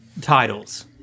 titles